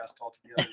altogether